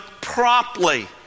promptly